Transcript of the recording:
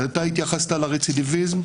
אתה התייחסת לרצידביזם.